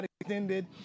extended